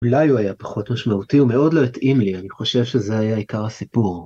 אולי הוא היה פחות משמעותי ומאוד לא יתאים לי, אני חושב שזה היה עיקר הסיפור.